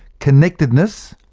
connectedness,